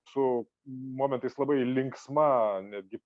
su momentais labai linksma netgi